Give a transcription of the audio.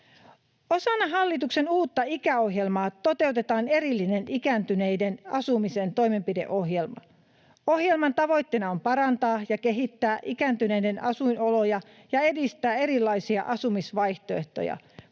Osana hallituksen uutta ikäohjelmaa toteutetaan erillinen ikääntyneiden asumisen toimenpideohjelma. Ohjelman tavoitteena on parantaa ja kehittää ikääntyneiden asuinoloja ja edistää erilaisia asumisvaihtoehtoja,